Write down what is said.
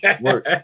work